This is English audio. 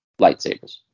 lightsabers